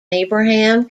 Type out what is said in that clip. abraham